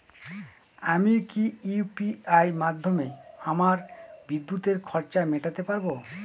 আমি কি ইউ.পি.আই মাধ্যমে আমার বিদ্যুতের খরচা মেটাতে পারব?